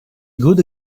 good